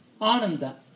Ananda